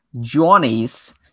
Johnny's